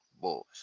boys